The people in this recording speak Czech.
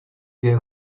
dvě